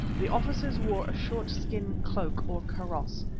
the officers wore a short skin cloak or kaross,